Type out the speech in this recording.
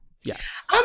Yes